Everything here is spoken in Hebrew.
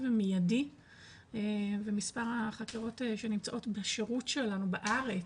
מיידי ומספר החקירות שנמצאות בשירות שלנו בארץ,